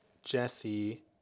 Jesse